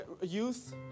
youth